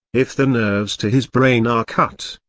if the nerves to his brain are cut,